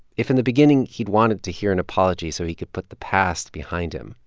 if in the beginning he'd wanted to hear an apology so he could put the past behind him,